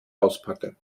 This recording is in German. auspacke